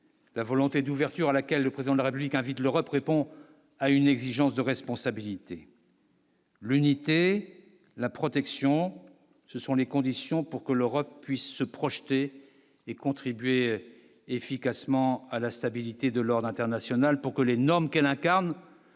La volonté d'ouverture à laquelle le président de la République invite l'Europe répond à une exigence de responsabilité. L'unité, la protection, ce sont les conditions pour que l'Europe puisse se projeter et contribuer efficacement à la stabilité de l'ordre international pour que les normes qu'elle incarne